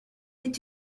est